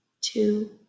two